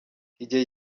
igihe